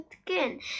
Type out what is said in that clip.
skin